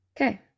Okay